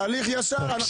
הליך ישר.